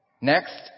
Next